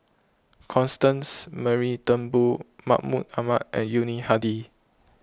Constance Mary Turnbull Mahmud Ahmad and Yuni Hadi